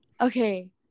Okay